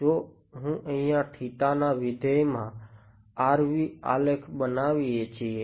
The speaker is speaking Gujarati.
જો હું અહિયાં ના વિધેયમાં આલેખ બનાવીએ છીએ